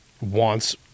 wants